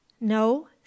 No